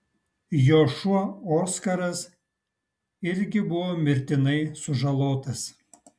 jo šuo oskaras irgi buvo mirtinai sužalotas